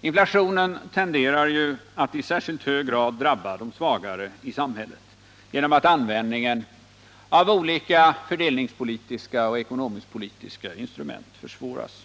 Inflationen tenderar ju att i särskilt hög grad drabba de svagare i samhället genom att användningen av olika fördelningspolitiska och ekonomisk-politiska instrument försvåras.